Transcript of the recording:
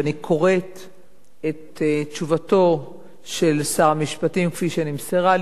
ואני קוראת את תשובתו של שר המשפטים כפי שנמסרה לי.